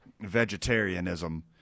vegetarianism